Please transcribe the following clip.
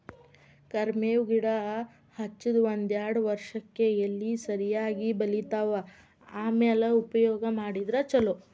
ಕರ್ಮೇವ್ ಗಿಡಾ ಹಚ್ಚದ ಒಂದ್ಯಾರ್ಡ್ ವರ್ಷಕ್ಕೆ ಎಲಿ ಸರಿಯಾಗಿ ಬಲಿತಾವ ಆಮ್ಯಾಲ ಉಪಯೋಗ ಮಾಡಿದ್ರ ಛಲೋ